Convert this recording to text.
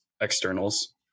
externals